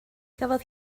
gafodd